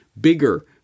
bigger